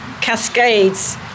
cascades